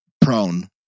prone